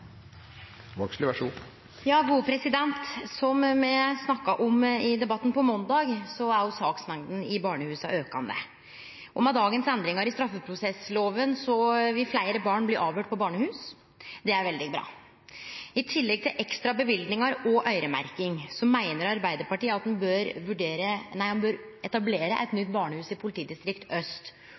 saksmengda i barnehusa aukande. Med dagens endringar i straffeprosessloven vil fleire barn bli avhøyrde på barnehus. Det er veldig bra. I tillegg til ekstra løyvingar og øyremerking meiner Arbeidarpartiet at ein bør etablere eit nytt barnehus i politidistrikt aust og vurdere eitt i Finnmark. Er justisministeren einig i at ein bør etablere eit nytt barnehus i politidistrikt